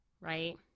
Right